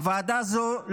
הוועדה הזאת,